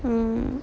mm